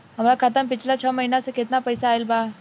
हमरा खाता मे पिछला छह महीना मे केतना पैसा आईल बा?